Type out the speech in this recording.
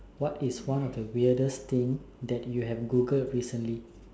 what is one of the weirdest thing that you have Google recently